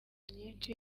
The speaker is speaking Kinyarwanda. nyinshi